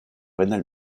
rénale